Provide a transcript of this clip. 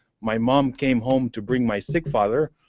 my mother came home to bring my sick father,